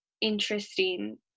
interesting